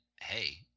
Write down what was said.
Hey